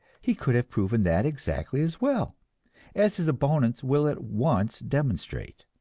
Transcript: he could have proven that exactly as well as his opponents will at once demonstrate.